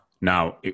now